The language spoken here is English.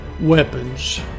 weapons